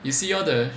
you see all the